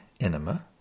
enema